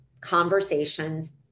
conversations